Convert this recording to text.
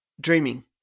dreaming